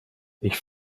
ich